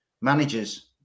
managers